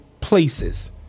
places